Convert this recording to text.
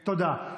תודה.